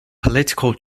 political